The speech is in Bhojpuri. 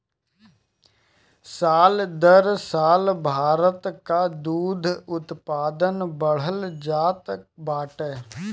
साल दर साल भारत कअ दूध उत्पादन बढ़ल जात बाटे